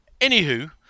Anywho